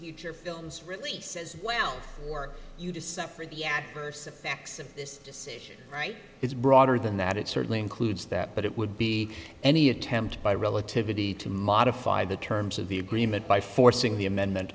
your film's release as well for you to suffer the adverse effects of this decision right it's broader than that it certainly includes that but it would be any attempt by relativity to modify the terms of the agreement by forcing the amendment